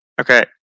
Okay